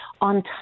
on